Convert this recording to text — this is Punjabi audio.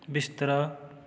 ਬਿਸਤਰਾ